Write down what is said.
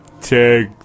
Take